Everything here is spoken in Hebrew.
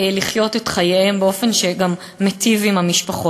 לחיות את חייהם באופן שגם מיטיב עם המשפחות.